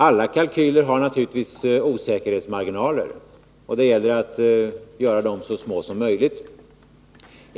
Alla kalkyler har naturligtvis osäkerhetsmarginaler, och det gäller att göra dem så små som möjligt.